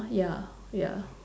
ya ya